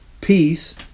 peace